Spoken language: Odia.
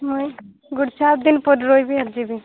ମୁଁ ଗୋଟେ ସାତ ଦିନ ପରେ ରହିବି ଯିବି